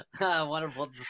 wonderful